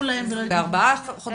ל-14 חודשים.